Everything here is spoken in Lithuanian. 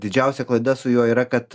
didžiausia klaida su juo yra kad